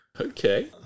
Okay